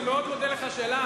אני מאוד מודה לך על השאלה.